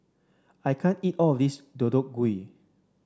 I can't eat all of this Deodeok Gui